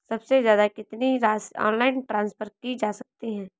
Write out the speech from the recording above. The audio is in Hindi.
सबसे ज़्यादा कितनी राशि ऑनलाइन ट्रांसफर की जा सकती है?